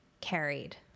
carried